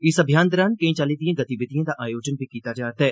इस अभियान दौरान केईं चाल्ली दिएं गतिविधिएं दा आयोजन बी कीता जा'रदा ऐ